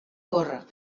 corre